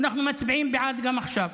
ואנחנו מצביעים בעד גם עכשיו.